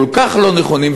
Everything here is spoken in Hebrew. כל כך לא נכונים,